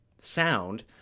sound